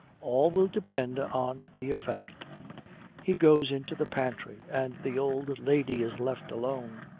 all will depend on the effect he goes into the pantry, and the old lady is left alone.